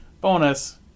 bonus